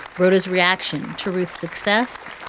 brooders, reaction to ruth's success.